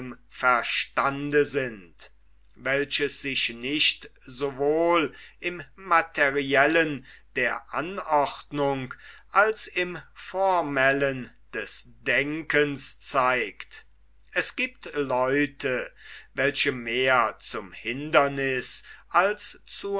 verstande sind welches sich nicht sowohl im materiellen der anordnung als im formellen des denkens zeigt es giebt leute welche mehr zum hinderniß als